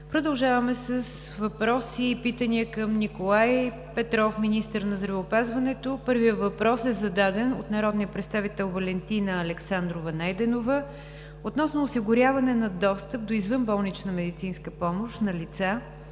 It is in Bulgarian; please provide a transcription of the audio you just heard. Продължаваме с въпроси и питания към Николай Петров, министър на здравеопазването. Първият въпрос е зададен от народния представител Валентина Александрова Найденова относно осигуряване на достъп до извънболнична медицинска помощ на лица,